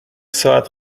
ساعت